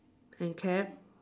and cap